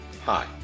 Hi